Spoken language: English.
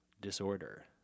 Disorder